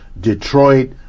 Detroit